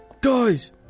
Guys